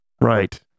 Right